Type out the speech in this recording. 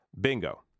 Bingo